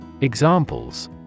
Examples